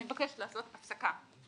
אני מבקש לעשות הפסקה,